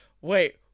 Wait